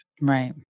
right